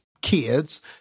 kids